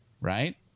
right